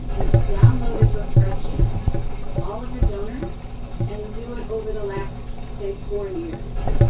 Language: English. you download into a spreadsheet all of your donors and do it over the last, say, four years.